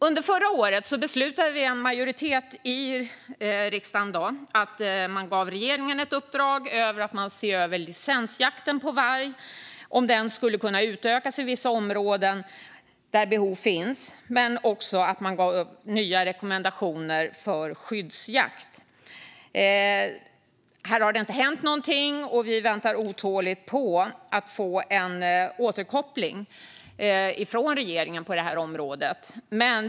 Under förra året beslutade en majoritet i riksdagen att ge regeringen ett uppdrag att se över om licensjakten på varg skulle kunna utökas i vissa områden där behov finns och att ta fram nya rekommendationer för skyddsjakt. Det har inte hänt någonting, och vi väntar otåligt på att få en återkoppling från regeringen på det här området.